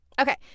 Okay